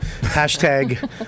Hashtag